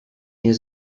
nie